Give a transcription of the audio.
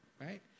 right